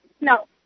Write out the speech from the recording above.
No